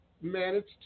managed